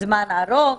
זמן ארוך.